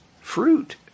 Fruit